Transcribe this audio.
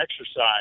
exercise